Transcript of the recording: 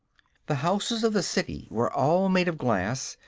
the houses of the city were all made of glass,